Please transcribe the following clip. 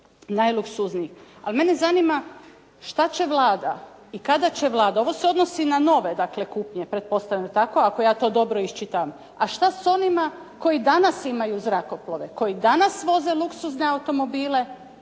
najluksuznijih. Ali mene zanima, što će Vlada i kada će Vlada, ovo se dakle odnosni na nove kupnje pretpostavljam tako, ako ja to dobro iščitavam. A što s onima koji danas imaju zrakoplove, koji danas voze luksuzne automobile?